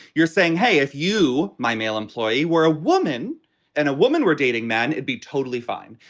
you're saying, hey, if you, my male employee, were a woman and a woman were dating men, it'd be totally fine.